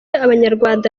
abanyarwanda